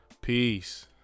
peace